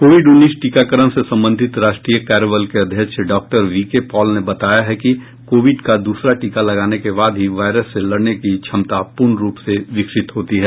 Covid उन्नीस टीकाकरण से संबंधित राष्ट्रीय कार्यबल के अध्यक्ष डॉक्टर वीके पॉल ने बताया है कि कोविड का द्रसरा टीका लगने के बाद ही वायरस से लड़ने की क्षमता पूर्ण रूप से विकसित होती है